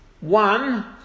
One